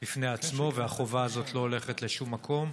בפני עצמו, והחובה הזאת לא הולכת לשום מקום,